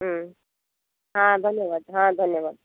ହଁ ଧନ୍ୟବାଦ ହଁ ଧନ୍ୟବାଦ